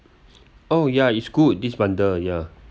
oh ya is good this bundle ya